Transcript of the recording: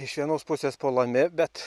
iš vienos pusės puolami bet